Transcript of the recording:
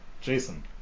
Jason